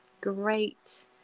great